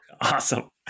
Awesome